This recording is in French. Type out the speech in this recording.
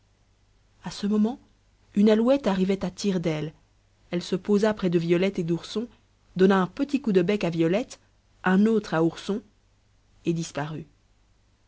a ce moment une alouette arrivait à tire-d'aile elle se posa près de violette et d'ourson donna un petit coup de bec à violette un autre à ourson et disparut